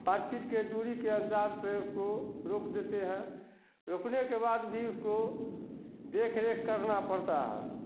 पाँच फीट की दूरी के अंदाज़ से उसको रोप देते हैं रोपने के बाद भी उसको देख रेख करना पड़ता हैं